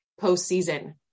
postseason